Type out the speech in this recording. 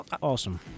awesome